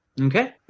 Okay